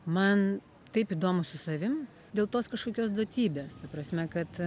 man taip įdomu su savim dėl tos kažkokios duotybės ta prasme kad